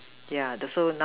yeah also now